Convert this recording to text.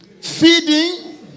Feeding